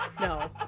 No